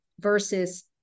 versus